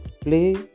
play